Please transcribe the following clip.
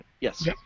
yes